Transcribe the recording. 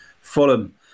Fulham